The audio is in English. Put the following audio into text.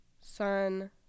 Sun